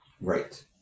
Right